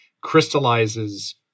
crystallizes